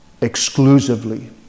exclusively